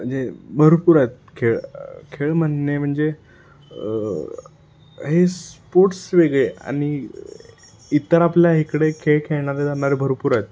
म्हणजे भरपूर आहेत खेळ खेळ म्हणणे म्हणजे हे स्पोर्ट्स वेगळे आणि इतर आपल्या इकडे खेळ खेळणारे जाणारे भरपूर आहेत